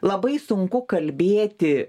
labai sunku kalbėti